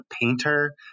painter